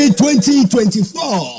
2024